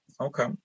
Okay